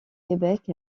québec